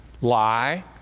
Lie